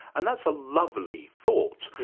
and that's a lovely thought,